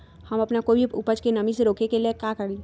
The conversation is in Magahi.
हम अपना कोई भी उपज के नमी से रोके के ले का करी?